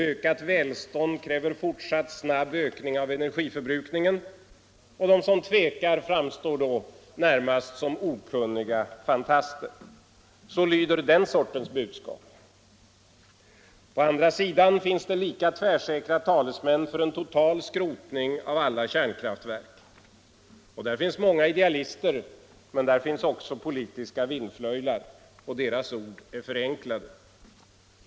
Ökat välstånd kräver fortsatt snabb ökning av energiförbrukningen. De som tvekar framstår närmast såsom okunniga fantaster. Så lyder det budskapet. Å andra sidan finns lika tvärsäkra talesmän för en total skrotning av alla kärnkraftverk. Här finns många idealister men också politiska vindflöjlar. Deras ord är förenklade.